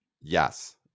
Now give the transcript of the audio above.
Yes